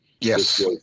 yes